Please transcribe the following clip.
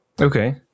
Okay